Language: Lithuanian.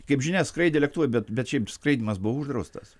kaip žinia skraidė lėktuvai bet bet šiaip skraidymas buvo uždraustas